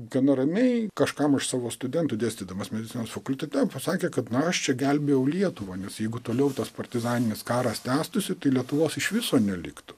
gana ramiai kažkam iš savo studentų dėstydamas medicinos fakultete pasakė kad na aš čia gelbėjau lietuvą nes jeigu toliau tas partizaninis karas tęstųsi tai lietuvos iš viso neliktų